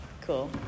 cool